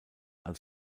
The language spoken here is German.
als